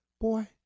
Boy